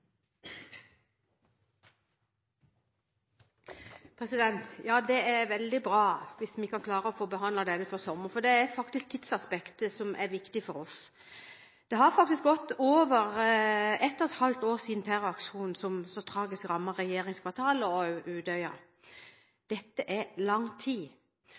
veldig bra hvis klarer å få behandlet dette før sommeren, for det er faktisk tidsaspektet som er viktig for oss. Det har gått over et og et halvt år siden terroraksjonen som så tragisk rammet regjeringskvartalet og Utøya. Dette er lang tid.